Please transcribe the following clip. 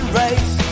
race